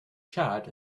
charred